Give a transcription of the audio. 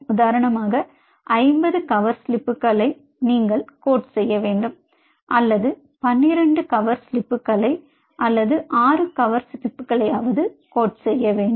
உதாரணமாக ஐம்பது கவர் ஸ்லிப்புகளை நீங்கள் கோட் செய்ய வேண்டும் அல்லது 12 கவர் ஸ்லிப்புகளை அல்லது 6 கவர் ஸ்லிப்புகளை கோட் செய்ய வேண்டும்